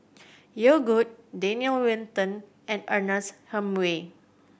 Yogood Daniel Wellington and Ernest Hemingway